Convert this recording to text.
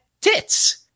tits